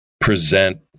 present